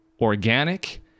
organic